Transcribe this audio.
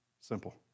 Simple